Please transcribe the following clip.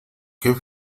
que